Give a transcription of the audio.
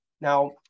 Now